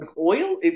oil